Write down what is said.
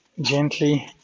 Gently